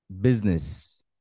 business